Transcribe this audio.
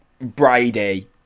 Brady